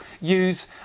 use